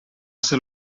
ser